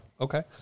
okay